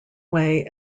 way